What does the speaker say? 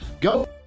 Go